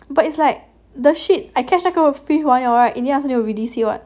but it's like the shit I catch 那个 fish 完了 right in the end I still need to release it [what]